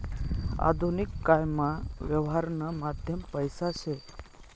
आधुनिक कायमा यवहारनं माध्यम पैसा शे